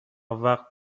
وقت